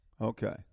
Okay